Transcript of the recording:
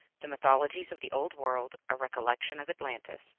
the mythologies of the old world a recollection of atlantis.